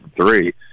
three